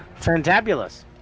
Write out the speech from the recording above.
Fantabulous